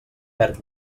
perd